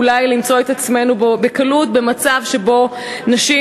אולי למצוא את עצמנו בקלות במצב שבו נשים,